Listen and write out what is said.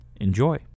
Enjoy